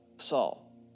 Saul